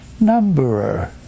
numberer